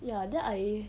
ya then I